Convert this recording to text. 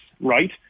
right